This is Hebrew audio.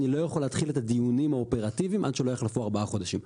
אני לא יכול להתחיל את הדיונים האופרטיביים עד שלא יחלפו ארבעה חודשים.